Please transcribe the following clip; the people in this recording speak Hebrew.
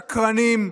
שקרנים,